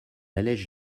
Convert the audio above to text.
allège